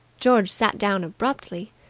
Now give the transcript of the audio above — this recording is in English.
george sat down abruptly.